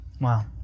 Wow